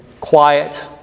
quiet